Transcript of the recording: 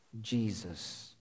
Jesus